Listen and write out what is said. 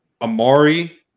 Amari